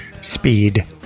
Speed